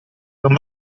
non